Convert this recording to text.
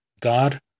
God